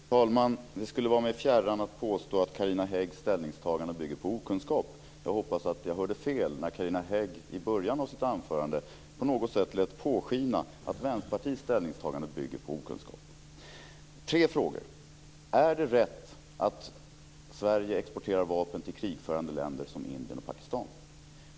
Fru talman! Det skulle vara mig fjärran att påstå att Carina Häggs ställningstagande bygger på okunskap. Jag hoppas att jag hörde fel när Carina Hägg i början av sitt anförande på något sätt lät påskina att Vänsterpartiets ställningstagande bygger på okunskap. Jag har tre frågor. Nummer ett: Är det rätt att Sverige exporterar vapen till krigförande länder som Indien och Pakistan?